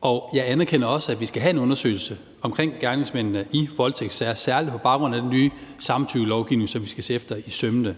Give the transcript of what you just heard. og jeg anerkender også, at vi skal have en undersøgelse om gerningsmændene i voldtægtssager, særlig på baggrund af den nye samtykkelovgivning, som vi skal se efter i sømmene.